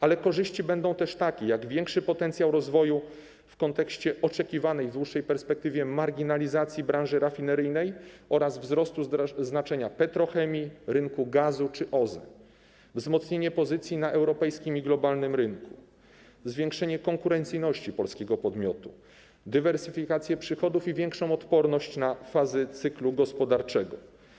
Ale korzyści będą też takie: większy potencjał rozwoju w kontekście oczekiwanej w dłuższej perspektywie marginalizacji branży rafineryjnej oraz wzrostu znaczenia petrochemii, rynku gazu czy OZE, wzmocnienie pozycji na europejskim i globalnym rynku, zwiększenie konkurencyjności polskiego podmiotu, dywersyfikacja przychodów i większa odporność na fazy cyklu gospodarczego.